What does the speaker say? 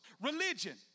Religion